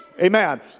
Amen